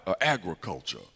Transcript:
agriculture